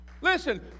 Listen